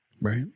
Right